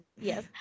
Yes